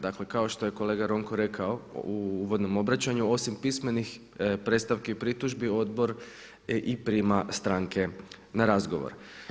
Dakle kao što je kolega Ronko rekao u uvodnom obraćanju osim pismenih predstavki i pritužbi odbor i prima stranke na razgovor.